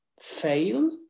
fail